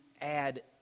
add